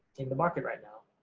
in the market right now.